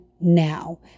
now